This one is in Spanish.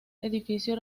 edificio